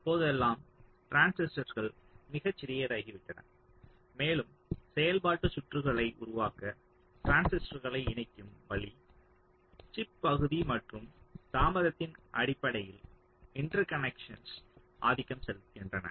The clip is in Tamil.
இப்போதெல்லாம் டிரான்சிஸ்டர்கள் மிகச் சிறியதாகி விட்டன மேலும் செயல்பாட்டு சுற்றுகளை உருவாக்க டிரான்சிஸ்டர்களை இணைக்கும் வழி சிப் பகுதி மற்றும் தாமதத்தின் அடிப்படையில் இன்டர்கனக்க்ஷன்ஸ் ஆதிக்கம் செலுத்துகின்றன